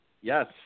yes